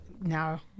now